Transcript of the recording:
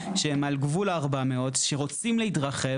שהם על גבול ה-400 שרוצים להתרחב,